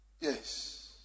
Yes